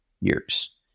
years